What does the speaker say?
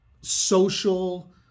social